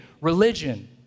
religion